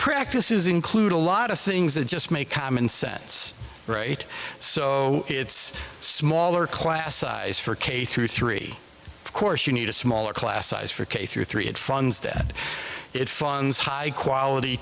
practices include a lot of things that just make common sense right so it's smaller class size for k through three of course you need a smaller class size for k through three it funds dead it funds high quality